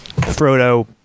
Frodo